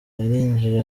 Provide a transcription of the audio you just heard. yarinjiye